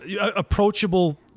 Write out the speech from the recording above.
approachable